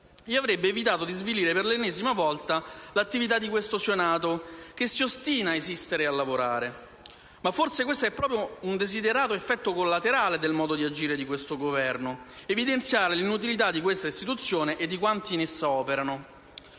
ed avrebbe evitato di svilire per l'ennesima volta l'attività di questo Senato che si ostina ad esistere e lavorare. Ma forse questo è proprio un desiderato effetto collaterale del modo di agire di questo Governo: evidenziare l'inutilità di questa istituzione e di quanti in essa operano.